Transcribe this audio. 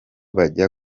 bajya